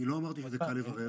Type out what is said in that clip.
אני לא אמרתי שזה קל לברר.